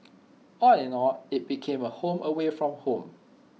all in all IT became A home away from home